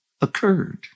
occurred